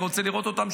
אני רוצה לראות אותם,